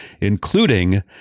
including